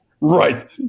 Right